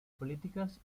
políticas